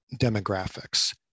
demographics